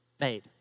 made